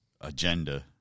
agenda